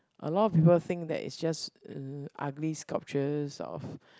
a lot of people think that is just ugh ugly culture of